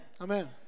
Amen